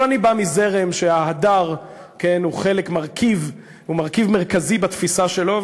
אבל אני בא מזרם שההדר הוא מרכיב מרכזי בתפיסה שלו,